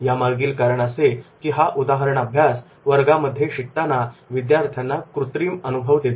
यामागील कारण असे की हा उदाहरणाभ्यास वर्गामध्ये शिकताना विद्यार्थ्यांना कृत्रिम अनुभव देतो